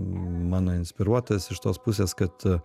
mano inspiruotas iš tos pusės kad